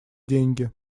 деньги